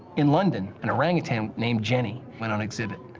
in london, an orangutan named jenny went on exhibit.